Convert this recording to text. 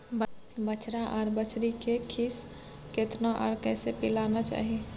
बछरा आर बछरी के खीस केतना आर कैसे पिलाना चाही?